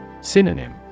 Synonym